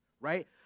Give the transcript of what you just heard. right